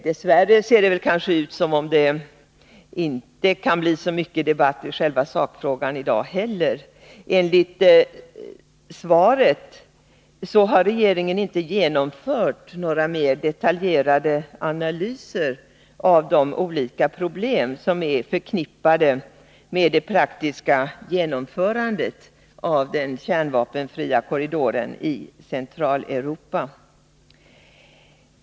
Dess värre ser det ut som om det inte kan bli så mycket debatt i själva sakfrågan i dag heller. Enligt svaret har regeringen inte genomfört några mer detaljerade analyser av de olika problem som är förknippade med det praktiska genomförandet av den kärnvapenfria korridoren i Centraléuropa.